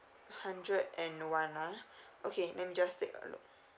hundred and one ah okay let me just take a look